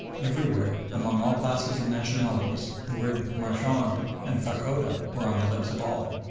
everywhere, among all classes and nationalities, the words marchand and fachoda were on the lips of all.